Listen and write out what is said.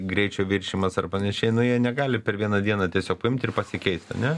greičio viršijimas ar panašiai na jie negali per vieną dieną tiesiog paimt ir pasikeist ane